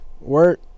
work